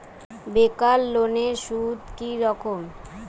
বেকার লোনের সুদ কি রকম?